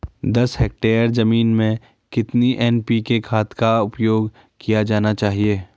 दस हेक्टेयर जमीन में कितनी एन.पी.के खाद का उपयोग किया जाना चाहिए?